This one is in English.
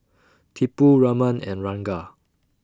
Tipu Raman and Ranga